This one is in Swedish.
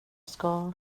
ska